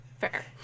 fair